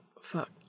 fuck